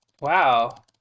Wow